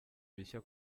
bishya